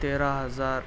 تیرہ ہزار